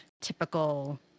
typical